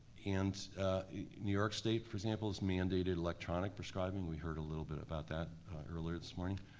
and new york state, for example, has mandated electronic prescribing, we heard a little bit about that earlier this morning.